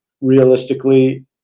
Realistically